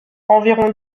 environ